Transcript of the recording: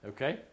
Okay